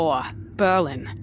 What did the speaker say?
Berlin